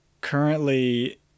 currently